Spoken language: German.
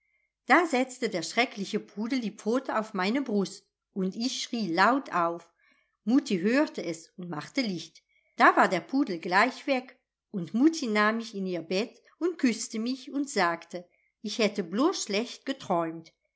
da setzte der schreckliche pudel die pfote auf meine brust und ich schrie laut auf mutti hörte es und machte licht da war der pudel gleich weg und mutti nahm mich in ihr bett und küßte mich und sagte ich hätte blos schlecht geträumt